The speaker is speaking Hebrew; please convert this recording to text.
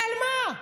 ועל מה?